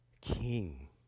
king